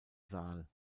saal